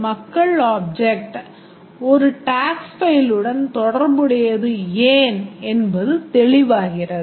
மக்கள் ஒரு tax file உடன் தொடர்புடையது ஏன் என்பது தெளிவாகிறது